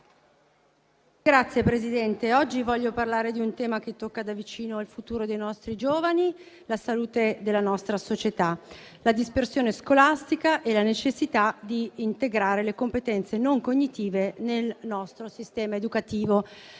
Signora Presidente, oggi voglio parlare di un tema che tocca da vicino il futuro dei nostri giovani, la salute della nostra società: la dispersione scolastica e la necessità di integrare le competenze non cognitive nel nostro sistema educativo.